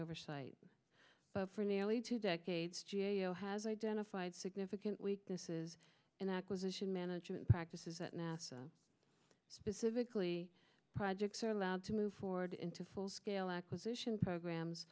oversight for nearly two decades g a o has identified significant weaknesses in the acquisition management practices at nasa specifically projects are allowed to move forward into full scale acquisition programs